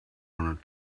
want